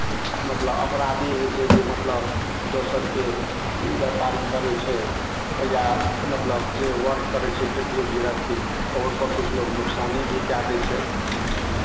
मतलब अपराध ई होइ छै जे मतलब दोसरके व्यापारी करै छै या मतलब जे वर्क करै छै खेतिए गृहस्थी तऽ ओहिपर किछु लोक नुकसानी भी कए दै छै